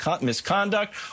misconduct